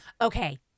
okay